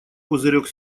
пузырек